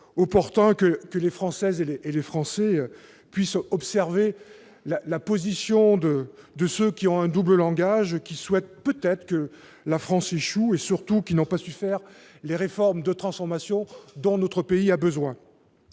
opportun que que les Françaises et les et les Français puissent observer la position de de ceux qui ont un double langage qui souhaitent peut-être que la France échoue et surtout qui n'ont pas su faire les réformes de transformation dans notre pays a besoin